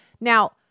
Now